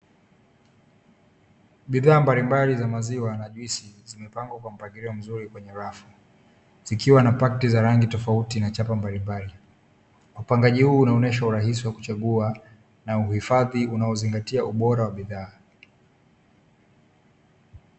Bidhaa mbalimbali za maziwa na juisi zimepangwa kwa mpangilio mzuri kwenye rafu, zikiwa na pakiti za rangi tofauti na chapa mbalimbali upangaji huu unaonyesha urahisi wa kuchagua na uhifadhi unaozingatia ubora wa bidhaa.